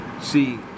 See